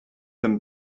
them